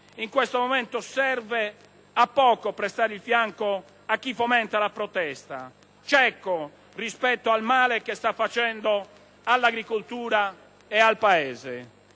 In questo momento serve a poco prestare il fianco a chi fomenta la protesta, cieco rispetto al male che sta facendo all'agricoltura ed al Paese.